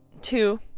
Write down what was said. two